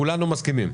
כולנו מסכימים.